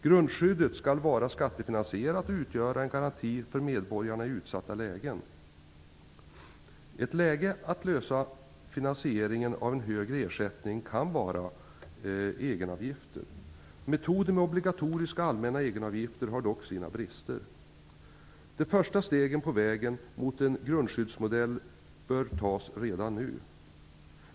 Grundskyddet skall vara skattefinansierat och utgöra en garanti för medborgarna i utsatta lägen. Ett sätt att lösa finansieringen av en högre ersättning kan vara egenavgifter. Metoden med obligatoriska allmänna egenavgifter har dock sina brister. De första stegen på vägen mot en grundskyddsmodell bör tas redan nu.